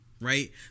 Right